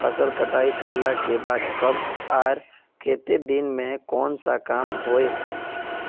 फसल कटाई करला के बाद कब आर केते दिन में कोन सा काम होय